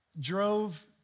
drove